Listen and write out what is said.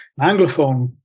Anglophone